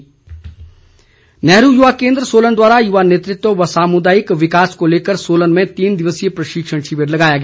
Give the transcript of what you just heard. प्रशिक्षण नेहरू युवा केंद्र सोलन द्वारा युवा नेतृत्व व सामुदायिक विकास को लेकर सोलन में तीन दिवसीय प्रशिक्षण शिविर लगाया गया